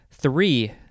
Three